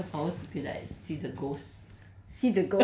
would you want the unusual power to be like see the ghosts